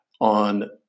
on